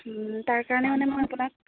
তাৰ কাৰণে মানে মই আপোনাক